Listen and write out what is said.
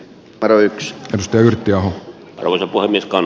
kato yks röykkiö kalervo niskaan